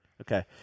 Okay